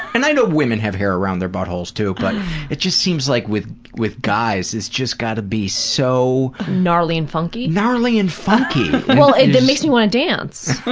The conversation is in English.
and i know women have hair around their buttholes, but it just seems like with with guys, it's just gotta be so. gnarly and funky? gnarly and funky! well, it makes me wanna dance.